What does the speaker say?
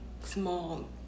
small